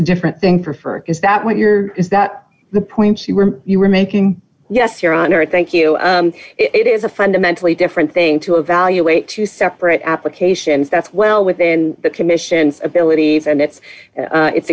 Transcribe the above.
a different thing preferred is that what you're is that the points you were you were making yes your honor thank you it is a fundamentally different thing to evaluate two separate applications that's well within the commission's ability for and it's it's